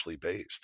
based